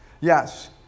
Yes